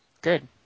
good